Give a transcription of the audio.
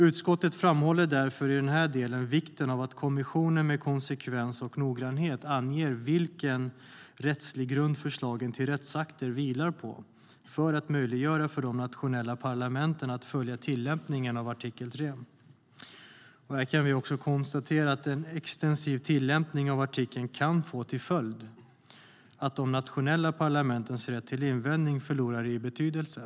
Utskottet framhåller därför i den här delen vikten av att kommissionen med konsekvens och noggrannhet anger vilken rättslig grund förslagen till rättsakter vilar på, för att möjliggöra för de nationella parlamenten att följa tillämpningen av artikel 3. Vi kan också konstatera att en extensiv tillämpning av artikeln kan få till följd att de nationella parlamentens rätt till invändning förlorar i betydelse.